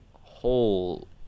whole